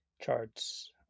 charts